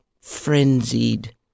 frenzied